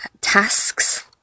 tasks